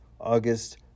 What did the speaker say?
August